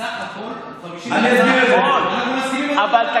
המזל שהפלנו אתכם, ולמה זה הלך?